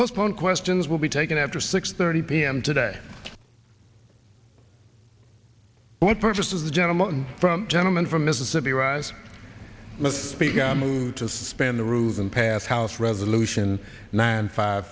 postpone questions will be taken after six thirty p m today what purpose does the gentleman from gentleman from mississippi rise must speak to suspend the rules and pass house resolution nine five